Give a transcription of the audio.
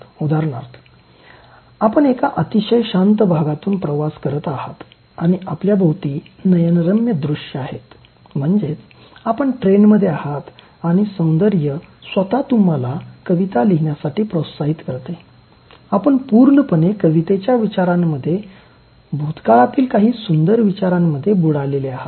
उदाहरणार्थ आपण एका अतिशय शांत भागातून प्रवास करत आहात आणि आपल्या भोवती नयन रम्य दृश्ये आहेत म्हणजे आपण ट्रेनमध्ये आहात आणि सौंदर्य स्वतः तुम्हाला कविता लिहीण्यासाठी प्रोत्साहित करतेय आपण पूर्णपणे कवितेच्या विचारांमध्ये भूतकाळातील काही सुंदर विचारांमध्ये बुडालेले आहात